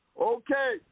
Okay